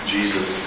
Jesus